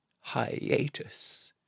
hiatus